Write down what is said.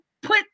put